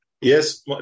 Yes